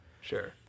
Sure